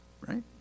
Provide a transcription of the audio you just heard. right